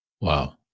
Wow